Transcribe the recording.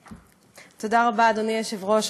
רבה, אדוני היושב-ראש.